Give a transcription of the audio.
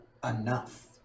enough